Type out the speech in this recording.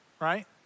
right